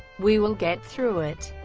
we will get through it.